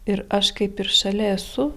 ir aš kaip ir šalia esu